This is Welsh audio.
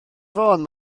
fôn